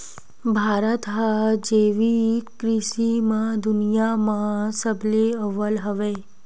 भारत हा जैविक कृषि मा दुनिया मा सबले अव्वल हवे